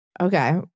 Okay